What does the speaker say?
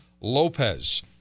Lopez